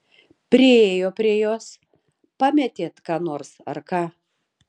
priėjo prie jos pametėt ką nors ar ką